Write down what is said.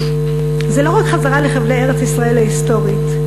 זה לא רק חזרה לחבלי ארץ-ישראל ההיסטורית,